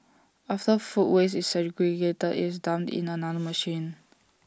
after food waste is segregated IT is dumped in another machine